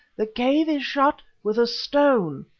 the cave is shut with a stone.